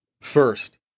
First